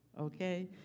okay